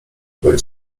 myć